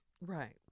Right